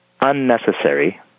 unnecessary